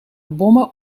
bommen